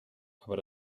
aber